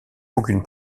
aucune